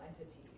entity